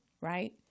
right